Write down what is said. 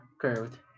curved